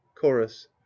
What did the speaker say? Chorus